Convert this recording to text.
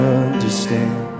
understand